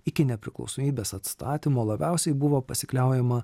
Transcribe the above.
iki nepriklausomybės atstatymo labiausiai buvo pasikliaujama